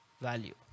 value